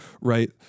right